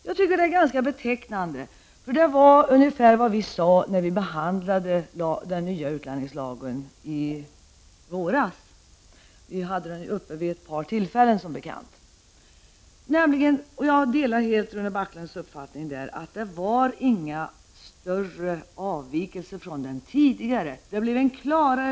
Jag anser att detta är ganska betecknande för det var ungefär vad vi moderater sade då utlänningslagen behandlades i våras. Som bekant var frågan uppe vid ett par tillfällen. Jag delar helt Rune Backlunds uppfattning att den nya lagen inte innebar några avvikelser från den gamla.